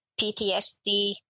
PTSD